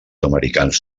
americans